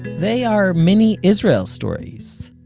they are mini israel stories.